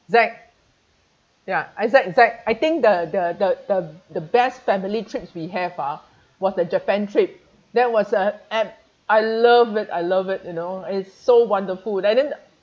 zack ya isaac zack I think the the the the the best family trips me have ah was the japan trip that was uh at I love it I love it you know it's so wonderful and then in